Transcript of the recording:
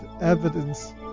evidence